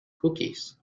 cookies